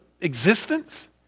existence